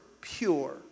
pure